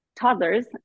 toddlers